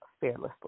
fearlessly